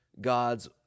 God's